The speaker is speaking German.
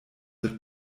wird